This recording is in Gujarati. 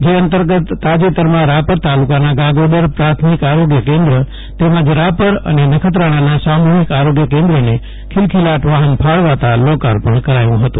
જે અંતર્ગત તાજેતરમાં રાપર તાલુકાના ગાગોદર પ્રાથમિક આરોગ્ય કેન્દ્ર તેમજ રાપર અને નખત્રાણાના સામુફિક આરોગ્ય કેન્દ્રને ખિલખિલાટ વ્રાફન ફાળવાતા લોકાર્પણ કરાથુ હતું